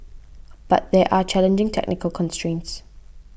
but there are challenging technical constrains